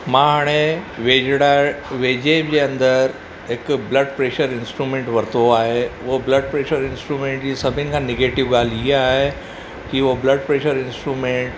मां हाणे वेझड़ार वेझे जे अंदरु हिकु ब्लड प्रैशर इंस्ट्रुमेंट वरितो आहे हुओ ब्लड प्रैशर इंस्ट्रुमेंट जी सभिनी खां निगेटीव ॻाल्हि ईअं आहे की उहो ब्लड प्रैशर इंस्ट्रुमेंट